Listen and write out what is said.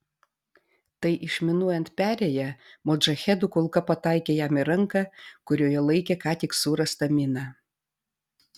tai išminuojant perėją modžahedų kulka pataikė jam į ranką kurioje laikė ką tik surastą miną